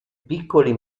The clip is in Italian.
piccoli